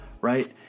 right